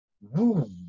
woo